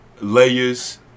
Layers